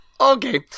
Okay